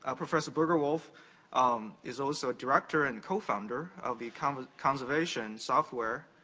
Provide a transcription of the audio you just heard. ah professor berger-wolf um is also a director and co-founder of the kind of conservation software,